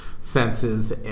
senses